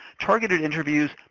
targeted interviews,